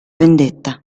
vendetta